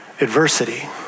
Adversity